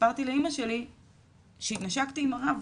סיפרתי לאמא שלי שהתנשקתי עם הרב,